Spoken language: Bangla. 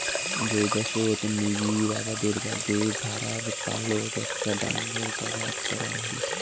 বৈদ্যাশত নিবিড় আবাদের বাদে ভ্যাড়ার পালক একটা ডাঙর জাগাত চড়ান হই